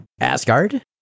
Asgard